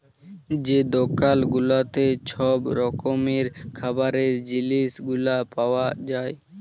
যে দকাল গুলাতে ছব রকমের খাবারের জিলিস গুলা পাউয়া যায়